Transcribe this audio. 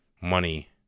money